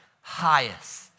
highest